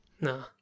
No